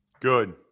Good